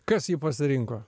kas jį pasirinko